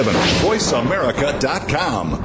VoiceAmerica.com